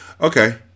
Okay